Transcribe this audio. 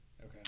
Okay